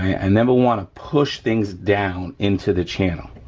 and then we'll wanna push things down into the channel,